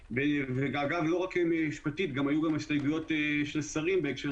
ולא רק משפטית היו גם הסתייגויות של שרים בהקשר